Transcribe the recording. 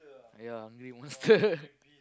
yeah hungry monster